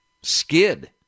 skid